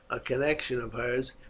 a connection of hers,